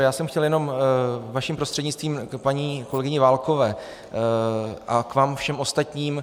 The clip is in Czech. Já jsem chtěl jenom vaším prostřednictvím k paní kolegyni Válkové a vám všem ostatním.